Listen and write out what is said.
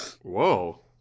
Whoa